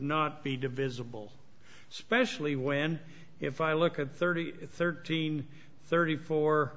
not be divisible especially when if i look at thirty thirteen thirty four